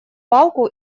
палку